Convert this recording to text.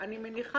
אני מעריכה